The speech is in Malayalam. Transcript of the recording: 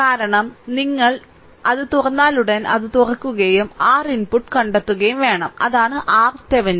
കാരണം നിങ്ങൾ അത് തുറന്നാലുടൻ അത് തുറക്കുകയും R ഇൻപുട്ട് കണ്ടെത്തുകയും വേണം അതാണ് RThevenin